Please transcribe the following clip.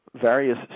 various